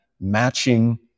matching